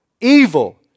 evil